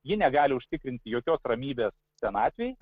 ji negali užtikrinti jokios ramybės senatvėj